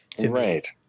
Right